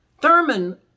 Thurman